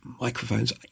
microphones